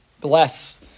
bless